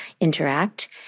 interact